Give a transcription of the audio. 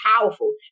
powerful